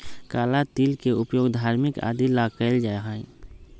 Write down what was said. काला तिल के उपयोग धार्मिक आदि ला कइल जाहई